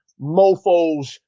mofos